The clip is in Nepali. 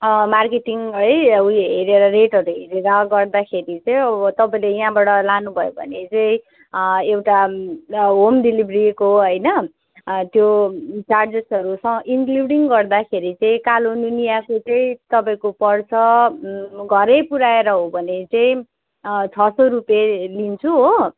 मार्केटिङ है ऊ यो हेरेर रेटहरू हेरेर गर्दाखेरि चाहिँ अब तपाईँले यहाँबाट लानुभयो भने चाहिँ एउटा होम डेलिभरीको होइन त्यो चार्जेसहरू इनक्लुडिङ गर्दाखेरि चाहिँ कालो नुनियाको चाहिँ तपाईँको पर्छ घरै पुऱ्याएर हो भने चाहिँ छ सय रुपियाँ लिन्छु हो